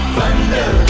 Thunder